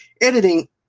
editing